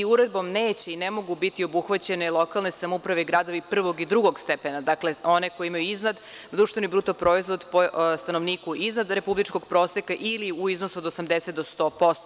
Uredbom neće i ne mogu biti obuhvaćene lokalne samouprave i gradovi prvog i drugog stepena, dakle one koje imaju BDP po stanovniku iznad republičkog proseka ili u iznosu od 80 do 100%